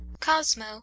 Cosmo